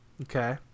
Okay